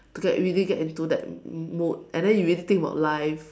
to get really get into that mood and then you really think about life